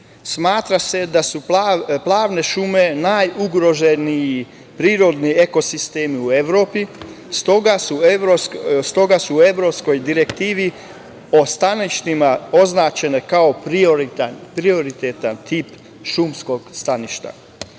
stanju. Smatra se da su plavne šume najugroženiji prirodni eko sistemi u Evropi, stoga se u Evropskoj direktivi u staništima označen kao prioritetan tip šumskog staništa.U